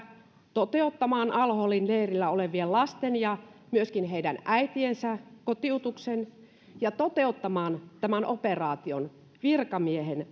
toteuttamaan al holin leirillä olevien lasten ja myöskin heidän äitiensä kotiutuksen ja toteuttamaan tämän operaation virkamiehen